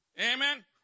Amen